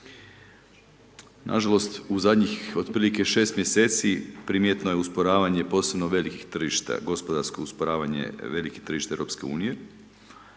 Nažalost u zadnjih otprilike šest mjeseci, primjetno je usporavanje posebno velikih tržišta, gospodarsko usporavanje velikih tržišta Europske unije,